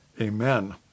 Amen